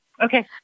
Okay